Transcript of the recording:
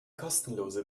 kostenlose